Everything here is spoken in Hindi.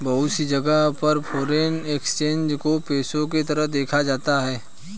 बहुत सी जगह पर फ़ोरेन एक्सचेंज को पेशे के तरह देखा जाता है